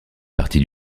partie